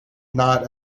not